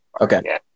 Okay